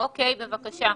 בבקשה,